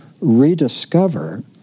rediscover